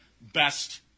best